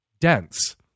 dense